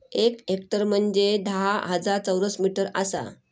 एक हेक्टर म्हंजे धा हजार चौरस मीटर आसा